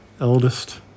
eldest